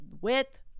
width